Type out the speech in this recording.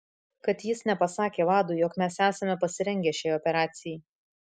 kad jis nepasakė vadui jog mes esame pasirengę šiai operacijai